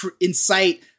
incite